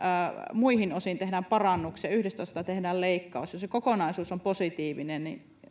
muihin osiin tehdään parannuksia ja yhdestä osasta tehdään leikkaus ja jos se kokonaisuus on positiivinen niin